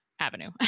avenue